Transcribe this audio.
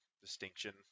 distinction